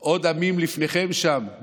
היו עוד עמים לפניכם שם,